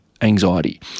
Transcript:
anxiety